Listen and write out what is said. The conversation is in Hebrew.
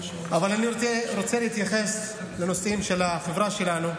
אבל אני רוצה להתייחס לנושאים של החברה שלנו,